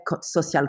social